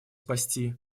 спасти